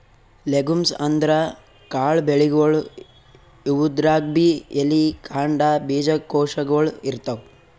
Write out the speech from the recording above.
legumes ಅಂದ್ರ ಕಾಳ್ ಬೆಳಿಗೊಳ್, ಇವುದ್ರಾಗ್ಬಿ ಎಲಿ, ಕಾಂಡ, ಬೀಜಕೋಶಗೊಳ್ ಇರ್ತವ್